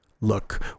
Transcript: Look